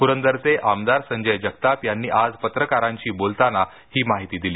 पुरंदरचे आमदार संजय जगताप यांनी आज पत्रकारांशी बोलताना ही माहिती दिली